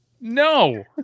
No